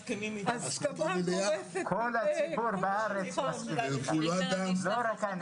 כל הציבור בארץ מסכים אתך.